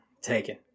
Taken